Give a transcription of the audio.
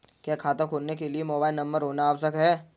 क्या खाता खोलने के लिए मोबाइल नंबर होना आवश्यक है?